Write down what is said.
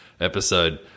episode